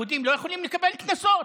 יהודים לא יכולים לקבל קנסות?